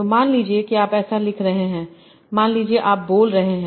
तो मान लीजिए कि आप ऐसा लिख रहे हैं मान लीजिए आप बोल रहे हैं